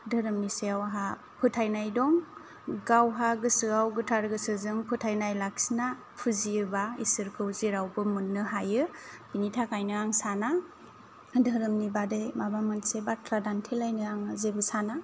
धोरोमनि सायाव आंहा फोथायनाय दं गावहा गोसोआव गोथार गोसोजों फोथायनाय लाखिना फुजियोबा इसोरखौ जेरावबो मोननो हायो बेनि थाखायनो आं साना धोरोमनि बादै माबा मोनसे बाथ्रा दानथेलायनो आं जेबो साना